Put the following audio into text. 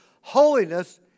holiness